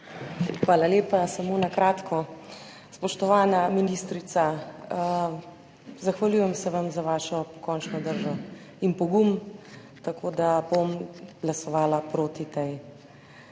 (Nadaljevanje) Spoštovana ministrica, zahvaljujem se vam za vašo pokončno držo in pogum, tako da bom glasovala proti tej,